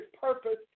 purpose